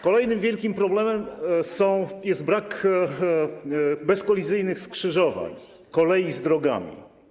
Kolejnym wielkim problemem jest brak bezkolizyjnych skrzyżowań kolei z drogami.